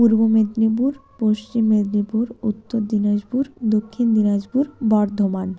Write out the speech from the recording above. পূর্ব মেদিনীপুর পশ্চিম মেদিনীপুর উত্তর দিনাজপুর দক্ষিণ দিনাজপুর বর্ধমান